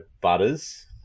Butters